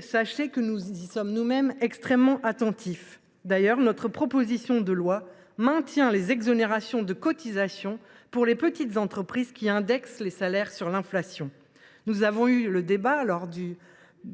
Sachez que nous y sommes extrêmement attentifs. D’ailleurs, notre proposition de loi vise à maintenir les exonérations de cotisations pour les petites entreprises qui indexeraient les salaires sur l’inflation. Lors de l’examen du